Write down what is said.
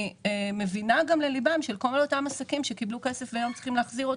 אני מבינה גם לליבם של כל אותם עסקים שקיבלו כסף והיום צריכים להחזיר.